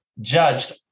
judged